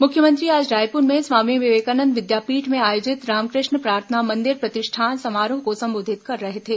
मुख्यमंत्री आज रायपुर में स्वामी विवेकानंद विद्यापीठ में आयोजित रामकृष्ण प्रार्थना मंदिर प्रतिष्ठापन समारोह को सम्बोधित कर रहे थे